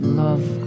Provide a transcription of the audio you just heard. love